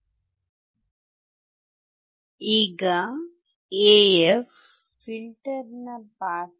ಈಗ ನಿಷ್ಕ್ರಿಯ RC filter ಜೊತೆಗೆ ವರ್ಧನೆಗಾಗಿ non inverting non inverting amplifier ಅನ್ನು ಬಳಸಿದಲ್ಲಿ ಏನಾಗಬಹುದು ಎಂದು ನೋಡೋಣ